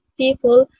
people